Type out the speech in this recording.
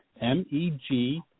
M-E-G